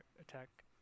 attack